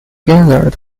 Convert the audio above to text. gathered